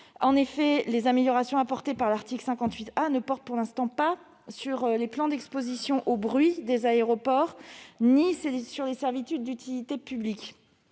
En effet, les améliorations prévues à cet article ne portent pas, pour l'instant, sur les plans d'exposition au bruit des aéroports ni sur les servitudes d'utilité publique.